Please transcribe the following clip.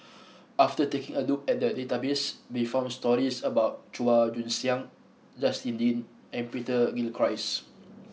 after taking a look at the database we found stories about Chua Joon Siang Justin Lean and Peter Gilchrist